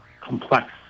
complex